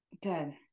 Good